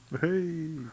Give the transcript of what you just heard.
Hey